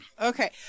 okay